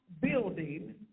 building